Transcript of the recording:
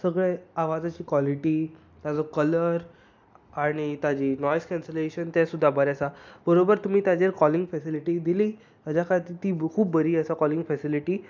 सगळें आवाजाची काॅलिटी ताजो कलर आनी ताजी नाॅयज केन्सलेशन तें सुद्दां बरें आसा बरोबर तुमी ताजेर काॅलिंग फेसिलीटी दिली हाच्या खातीर ती खूब बरी आसा काॅलिंग फेसिलिटी